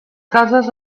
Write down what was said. cases